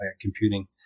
computing